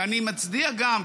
ואני מצדיע גם,